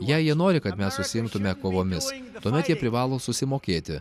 jei jie nori kad mes užsiimtume kovomis tuomet jie privalo susimokėti